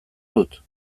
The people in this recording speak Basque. dut